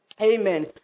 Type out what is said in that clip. Amen